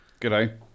g'day